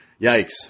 Yikes